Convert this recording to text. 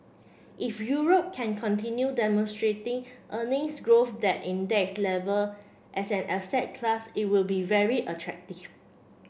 if Europe can continue demonstrating earnings growth at index level as an asset class it will be very attractive